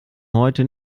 heute